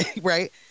right